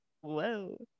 Whoa